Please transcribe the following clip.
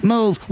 Move